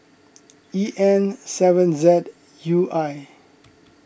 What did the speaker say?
E M seven Z U I